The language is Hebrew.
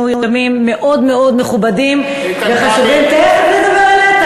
אני רוצה להודות לך על כך שקיימנו היום את יום ההוקרה למערך המילואים,